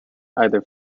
either